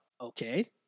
Okay